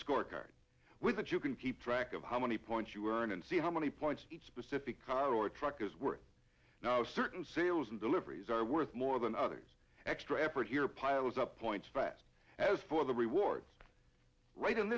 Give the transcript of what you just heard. scorecard with it you can keep track of how many points you're in and see how many points each specific car or truck is worth now certain sales and deliveries are worth more than others extra effort here piles up points fast as for the rewards right